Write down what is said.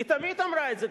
היא תמיד אמרה את זה.